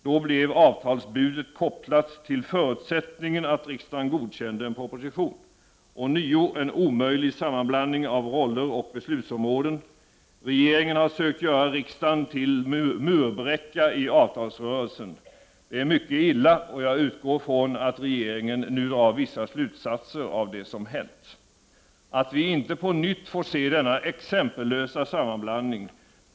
Då blev avtalsbudet kopplat till förutsättningen att riksdagen godkänner en proposition — ånyo en omöjlig sammanblandning av roller och beslutsområden. Regeringen har sökt göra riksdagen till murbräcka i avtalsrörelsen. Det är mycket illa, och jag utgår ifrån att regeringen nu drar vissa slutsatser av det som hänt, så att vi inte på nytt får se denna exempellösa sammanblandning.